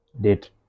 date